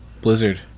Blizzard